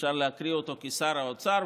אפשר להקריא אותו כשר האוצר,